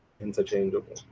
Interchangeable